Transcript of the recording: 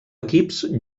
equips